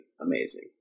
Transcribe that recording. amazing